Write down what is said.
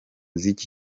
z’iki